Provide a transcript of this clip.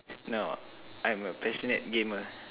no I'm a passionate gamer